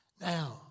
now